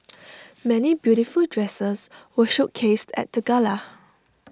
many beautiful dresses were showcased at the gala